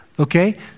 Okay